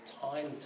tiny